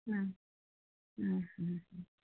হুম হুম হুম হুম